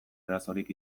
arazorik